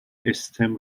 stem